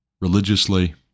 religiously